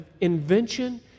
invention